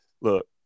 Look